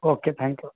okay thank you